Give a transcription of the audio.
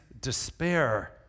despair